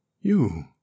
you